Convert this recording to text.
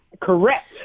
Correct